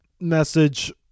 message